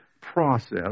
process